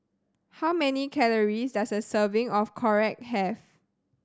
how many calories does a serving of Korokke have